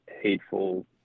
hateful